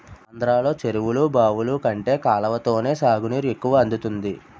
ఆంధ్రలో చెరువులు, బావులు కంటే కాలవతోనే సాగునీరు ఎక్కువ అందుతుంది